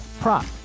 prop